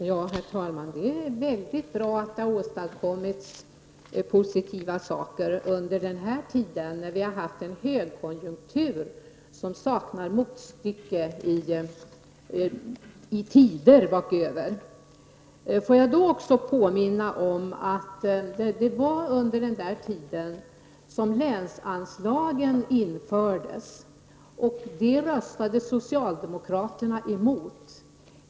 Herr talman! Ja, det är väldigt bra att det har åstadkommits positiva saker under den tid när vi har haft en högkonjunktur som saknar motstycke under långliga tider. Får jag också påminna om att det var under den borgerliga tiden som länsanslagen infördes — och det röstade socialdemokraterna emot.